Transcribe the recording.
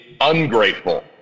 ungrateful